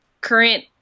current